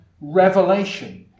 revelation